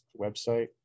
website